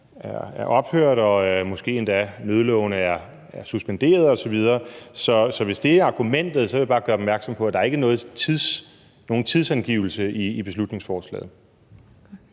er ophørt, og måske endda på, at nødlovene er suspenderet osv. Så hvis det er argumentet, vil jeg bare gøre opmærksom på, at der ikke er nogen tidsangivelse i beslutningsforslaget.